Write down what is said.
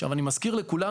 ימשיך לעבוד